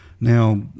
Now